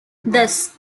thus